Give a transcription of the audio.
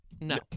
No